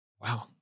Wow